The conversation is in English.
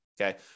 okay